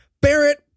Barrett